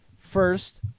First